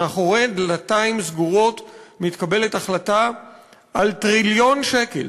מאחורי דלתיים סגורות מתקבלת החלטה על טריליון שקל,